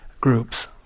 groups